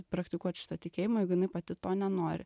praktikuot šitą tikėjimą jeigu jinai pati to nenori